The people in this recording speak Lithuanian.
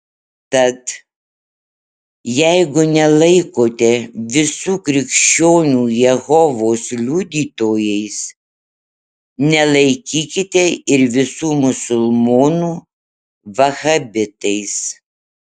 tad jeigu nelaikote visų krikščionių jehovos liudytojais nelaikykite ir visų musulmonų vahabitais